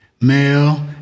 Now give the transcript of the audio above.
Male